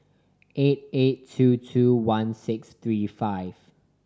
eight eight two two one six three one